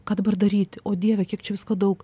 ką dabar daryti o dieve kiek čia visko daug